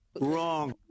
Wrong